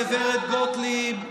גב' גוטליב,